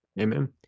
Amen